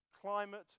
climate